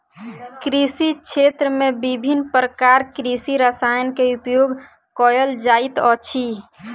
कृषि क्षेत्र में विभिन्न प्रकारक कृषि रसायन के उपयोग कयल जाइत अछि